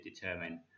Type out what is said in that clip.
determine